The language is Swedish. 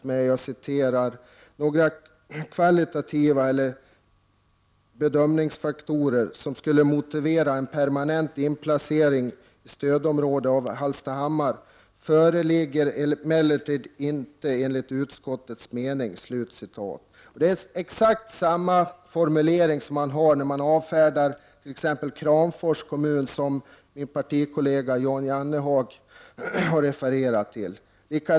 Man säger att några kvantitativa eller kvalitativa bedömningsfaktorer som skulle motivera en permanent inplacering i stödområde av Hallstahammar inte föreligger enligt utskottets mening. Det är samma formulering som man använder då man avfärdar exempelvis Kramfors kommuns argument. Min partikollega Jan Jennehag har refererat till detta.